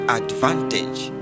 advantage